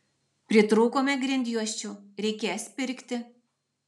pritrūkome grindjuosčių reikės pirkti